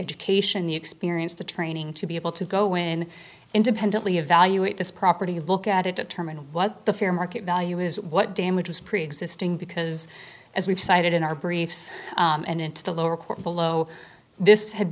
education the experience the training to be able to go in independently evaluate this property look at it determine what the fair market value is what damages preexisting because as we've cited in our briefs and into the lower court below this had